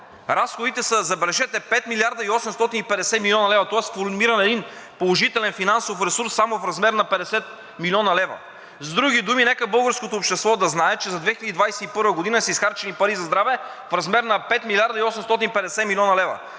разходите са, забележете, 5 млрд. 850 млн. лв. Тоест формиран е един положителен финансов ресурс само в размер на 50 млн. лв. С други думи, нека българското общество да знае, че за 2021 г. са изхарчени пари за здраве в размер на 5 млрд. 850 млн. лв.